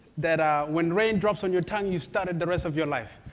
that when rain drops on your tongue, you started the rest of your life.